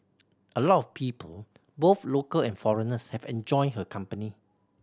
a lot of people both local and foreigners have enjoyed her company